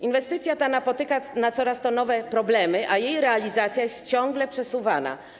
Inwestycja ta napotyka coraz to nowe problemy, a jej realizacja jest ciągle przesuwana.